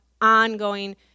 ongoing